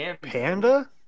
Panda